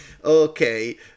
Okay